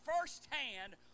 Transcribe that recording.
firsthand